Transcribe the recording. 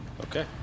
Okay